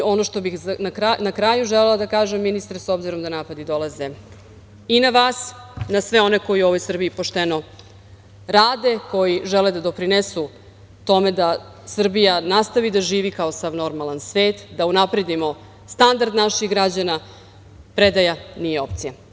Ono što bih na kraju želela da kažem, ministre, s obzirom da napadi dolaze i na vas i na sve one koji u ovoj Srbiji pošteno rade, koji žele da doprinesu tome da Srbija nastavi da živi kao sav normalan svet, da unapredimo standard naših građana, predaja nije opcija.